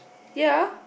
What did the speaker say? ya